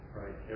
right